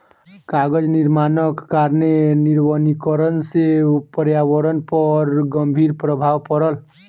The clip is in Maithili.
कागज निर्माणक कारणेँ निर्वनीकरण से पर्यावरण पर गंभीर प्रभाव पड़ल